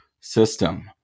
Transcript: system